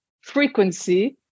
frequency